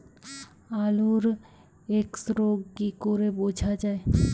আলুর এক্সরোগ কি করে বোঝা যায়?